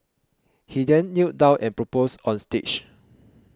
he then knelt down and proposed on stage